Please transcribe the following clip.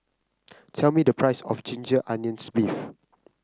tell me the price of Ginger Onions beef